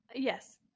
yes